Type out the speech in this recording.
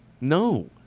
No